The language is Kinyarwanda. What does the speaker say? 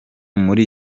muri